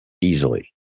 easily